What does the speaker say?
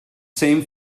same